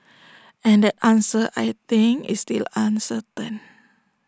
and that answer I think is still uncertain